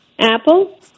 Apple